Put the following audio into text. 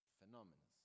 phenomena